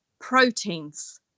proteins